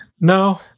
No